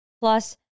plus